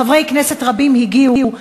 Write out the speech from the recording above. חברי כנסת רבים הגיעו,